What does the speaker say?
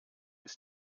ist